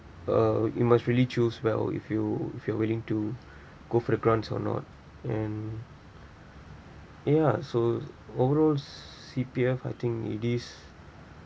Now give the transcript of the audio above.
uh you must really choose well if you if you're willing to go for the grants or not and ya so overall C_P_F I think it is